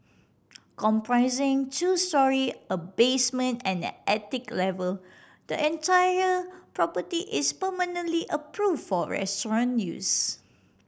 comprising two storey a basement and an attic level the entire property is permanently approve for restaurant use